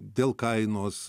dėl kainos